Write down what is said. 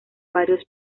varios